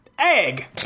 egg